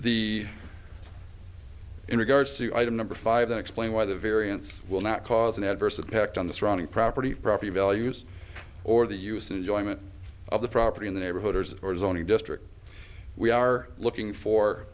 the in regards to item number five then explain why the variance will not cause an adverse impact on the surrounding property property values or the use enjoyment of the property in the neighborhood hers or zoning district we are looking for